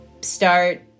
start